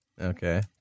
Okay